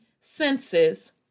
senses